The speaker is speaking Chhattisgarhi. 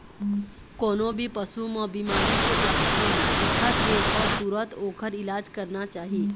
कोनो भी पशु म बिमारी के लक्छन दिखत हे त तुरत ओखर इलाज करना चाही